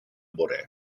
bore